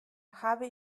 habe